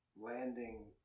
landing